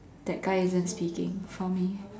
that guy isn't speaking for me